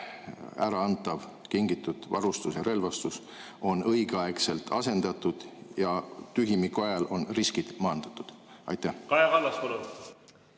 ära antud, kingitud varustus ja relvastus on õigeaegselt asendatud ja tühimiku ajal on riskid maandatud. Austatud